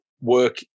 work